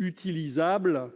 exploitable